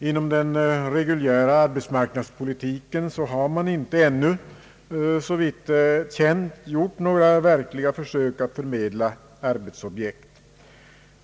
Inom den reguljära arbetsmarknadspolitiken har man inte ännu, såvitt är känt, gjort några försök att förmedla arbetsobjekt.